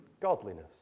godliness